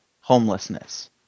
homelessness